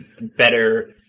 better